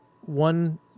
one